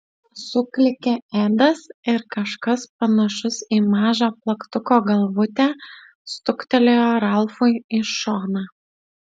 suklykė edas ir kažkas panašus į mažą plaktuko galvutę stuktelėjo ralfui į šoną